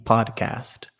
Podcast